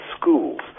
schools